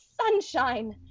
sunshine